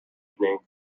evening